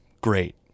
great